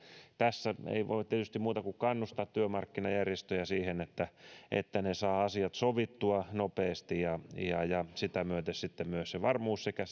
tässä ei voi tietysti muuta kuin kannustaa työmarkkinajärjestöjä siihen että että ne saavat asiat sovittua nopeasti ja ja sitä myöten tulee sitten sekä